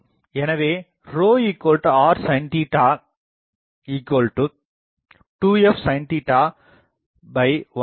எனவே r sin 2f sin 1cos